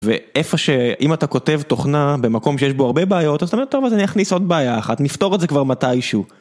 ואיפה שאם אתה כותב תוכנה במקום שיש בו הרבה בעיות אז אתה אומר טוב אז אני אכניס עוד בעיה אחת, נפתור את זה כבר מתישהו.